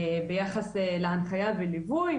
ביחס להנחייה וליווי,